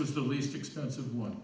was the least expensive one